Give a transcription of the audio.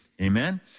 Amen